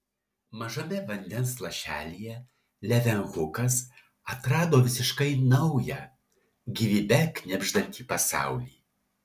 mažame vandens lašelyje levenhukas atrado visiškai naują gyvybe knibždantį pasaulį